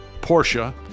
Porsche